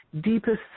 deepest